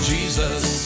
Jesus